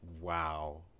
Wow